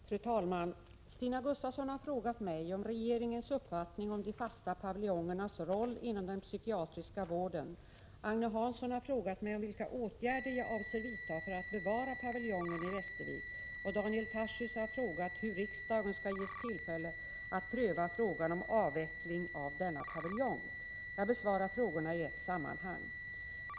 Fru talman! Stina Gustavsson har frågat mig om regeringens uppfattning om de fasta paviljongernas roll inom den psykiatriska vården. Agne Hansson har frågat mig om vilka åtgärder jag avser vidta för att bevara paviljongen i Västervik, och Daniel Tarschys har frågat hur riksdagen skall ges tillfälle att pröva frågan om avveckling av denna paviljong. Jag besvarar frågorna i ett sammanhang.